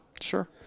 Sure